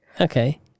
Okay